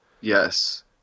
Yes